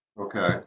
Okay